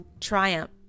triumph